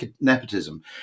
nepotism